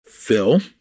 Phil